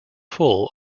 full